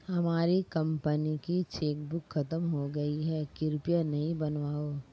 हमारी कंपनी की चेकबुक खत्म हो गई है, कृपया नई बनवाओ